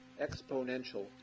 exponential